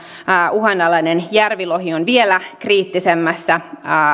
uhanalainen järvilohi on vielä kriittisemmässä